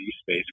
space